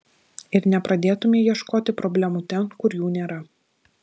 ir nepradėtumei ieškoti problemų ten kur jų nėra